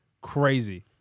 Crazy